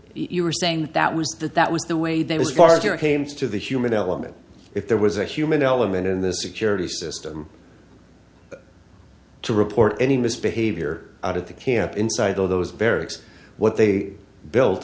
you were saying that was that that was the way they was guard your hames to the human element if there was a human element in the security system to report any misbehavior out of the camp inside those barracks what they built